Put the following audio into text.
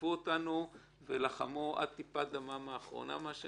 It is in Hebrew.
שליוו אותנו ולחמו עד טיפת דמם האחרונה.